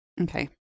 Okay